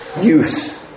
use